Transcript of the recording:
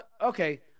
Okay